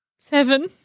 Seven